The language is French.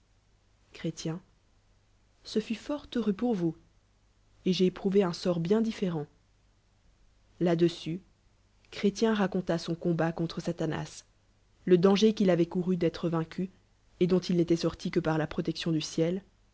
ce fut fort h uréux pour vous et j'ai éprouvéfud sort bien dif fêrent là delllll chrétien raconta son combat contre satanad le dan ger qu'il avait couru d'être vaincu et don il il n'étoit sorti que par lit pro tection du ciel